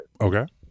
Okay